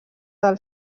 del